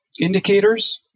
indicators